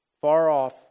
far-off